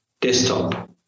desktop